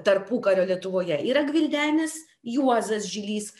tarpukario lietuvoje yra gvildenęs juozas žilys